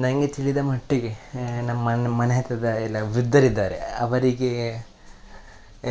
ನನಗೆ ತಿಳಿದ ಮಟ್ಟಿಗೆ ನಮ್ಮ ನಮ್ಮ ಮನೆ ಹತ್ತಿರದ ಎಲ್ಲ ವೃದ್ದರಿದ್ದಾರೆ ಅವರಿಗೆ